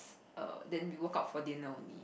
err then we woke up for dinner only